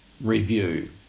review